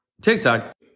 TikTok